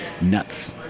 nuts